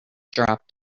dropped